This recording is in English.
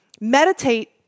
meditate